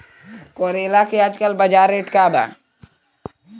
करेला के आजकल बजार रेट का बा?